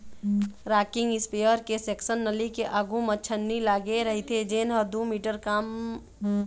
rocking इस्पेयर के section नली के आघू म छन्नी लागे रहिथे जेन ह दू मीटर लाम होथे